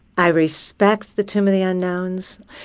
ah respect the tomb of the unknowns,